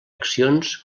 accions